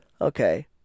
Okay